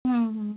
হুম হুম